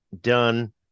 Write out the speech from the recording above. done